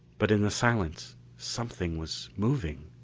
but in the silence something was moving!